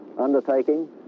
undertaking